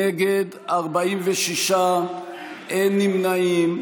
נגד, 46, אין נמנעים.